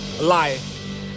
life